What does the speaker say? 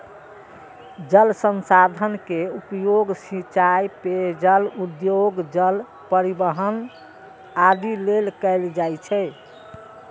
जल संसाधन के उपयोग सिंचाइ, पेयजल, उद्योग, जल परिवहन आदि लेल कैल जाइ छै